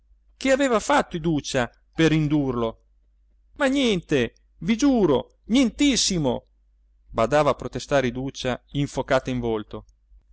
che aveva fatto iduccia per indurlo ma niente vi giuro nientissimo badava a protestare iduccia infocata in volto